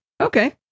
Okay